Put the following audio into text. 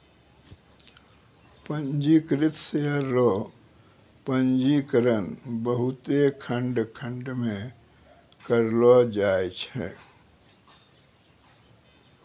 पंजीकृत शेयर रो पंजीकरण बहुते खंड खंड मे करलो जाय छै